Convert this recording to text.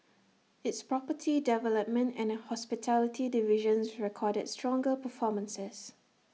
its property development and hospitality divisions recorded stronger performances